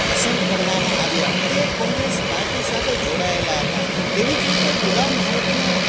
પસંદ કરવામાં આવ્યા તે કોંગ્રેસ પાર્ટી સાથે જોડાએલા હતા તેવી જ રીતે ગુલામ ભારતમાં